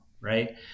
right